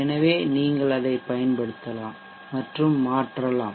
எனவே நீங்கள் அதைப் பயன்படுத்தலாம் மற்றும் மாற்றலாம்